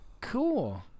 cool